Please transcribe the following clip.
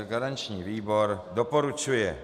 Garanční výbor doporučuje.